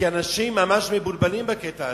כי אנשים ממש מבולבלים בקטע הזה,